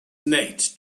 nate